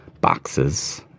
boxes